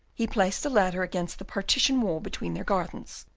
he placed a ladder against the partition wall between their gardens,